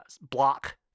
block